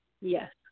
Yes